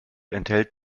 enthält